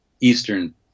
Eastern